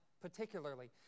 particularly